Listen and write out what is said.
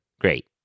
great